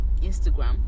Instagram